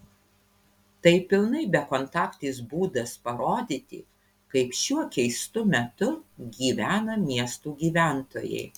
tai pilnai bekontaktis būdas parodyti kaip šiuo keistu metu gyvena miestų gyventojai